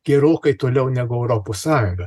gerokai toliau negu europos sąjunga